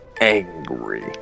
angry